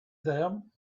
them